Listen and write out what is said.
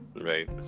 right